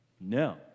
no